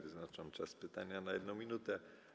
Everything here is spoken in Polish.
Wyznaczam czas pytania na 1 minutę.